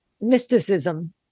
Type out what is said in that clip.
mysticism